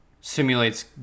simulates